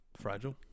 fragile